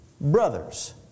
brothers